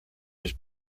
his